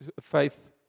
faith